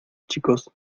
chicos